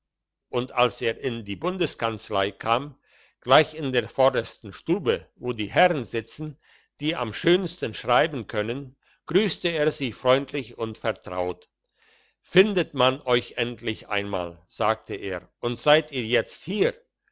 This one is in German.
und als er in die bundeskanzlei kam gleich in der vordersten stube wo die herrn sitzen die am schönsten schreiben können grüsste er sie freundlich und vertraut findet man euch endlich einmal sagte er und seid ihr jetzt hier